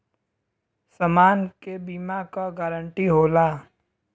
समान के बीमा क गारंटी होला